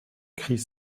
chris